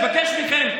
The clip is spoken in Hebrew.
אני מבקש מכם,